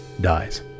dies